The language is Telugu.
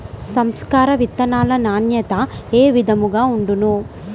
సంకర విత్తనాల నాణ్యత ఏ విధముగా ఉండును?